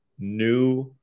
new